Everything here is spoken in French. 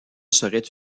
serait